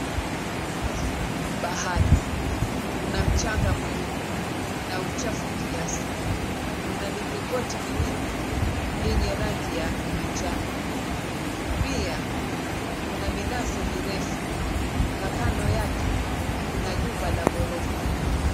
Ufukwe wa bahari, una mchanga mweupe na uchafu kiasi. Una milingoti miwili yenye rangi ya manjano. Pia, kuna minazi mirefu na kando yake, kuna jumba la ghorofa.